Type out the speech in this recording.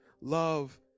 Love